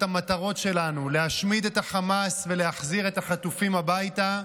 המטרות שלנו: להשמיד את החמאס ולהחזיר את החטופים הביתה.